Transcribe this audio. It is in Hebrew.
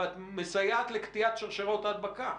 ואת מסייעת לקטיעת שרשראות ההדבקה.